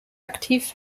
aktiv